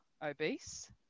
obese